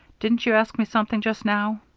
didn't you ask me something just now?